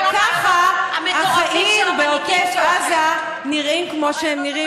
וככה החיים בעוטף זה נראים כמו שהם נראים,